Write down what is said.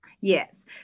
Yes